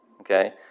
Okay